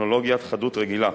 טכנולוגיית חדות רגילה.